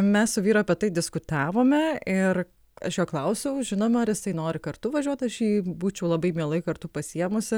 mes su vyru apie tai diskutavome ir aš jo klausiau žinoma ar jisai nori kartu važiuot aš jį būčiau labai mielai kartu pasiėmusi